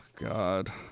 God